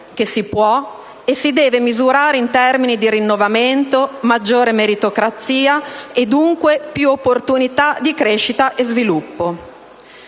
che si può e si deve misurare in termini di rinnovamento, maggiore meritocrazia e, dunque, più opportunità di crescita e sviluppo.